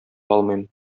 алмыйм